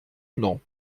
non